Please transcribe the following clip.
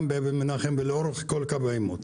גם באבן מנחם ולאורך כל קו העימות.